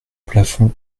plafond